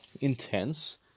intense